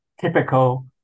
typical